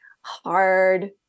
hard